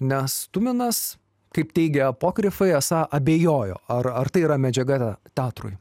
nes tuminas kaip teigia apokrifai esą abejojo ar ar tai yra medžiaga ta teatrui